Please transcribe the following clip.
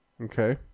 Okay